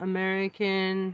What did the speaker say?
American